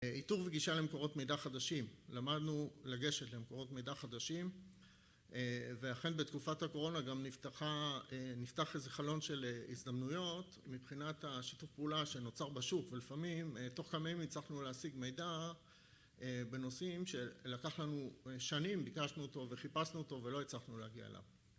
איתור וגישה למקורות מידע חדשים, למדנו לגשת למקורות מידע חדשים, ואכן בתקופת הקורונה גם נפתח איזה חלון של הזדמנויות מבחינת השיתוף פעולה שנוצר בשוק, ולפעמים תוך כמה ימים הצלחנו להשיג מידע בנושאים שלקח לנו שנים, ביקשנו אותו וחיפשנו אותו ולא הצלחנו להגיע אליו